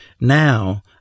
now